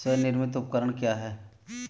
स्वनिर्मित उपकरण क्या है?